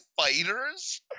fighters